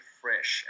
fresh